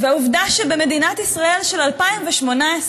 והעובדה שבמדינת ישראל של 2018,